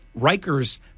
Rikers